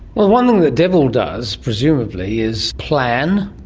well one thing the devil does presumably is plan,